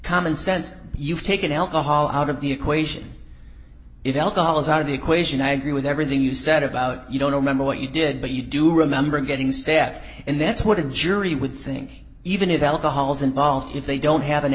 common sense you've taken alcohol out of the equation if alcohol is out of the equation i agree with everything you said about you don't remember what you did but you do remember getting stack and that's what a jury would think even if alcohol is involved if they don't have an